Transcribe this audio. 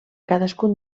cadascun